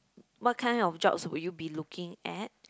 what kind of jobs will you be looking at